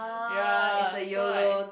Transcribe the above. ya so like